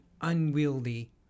unwieldy –